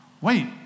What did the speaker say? Wait